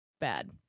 Bad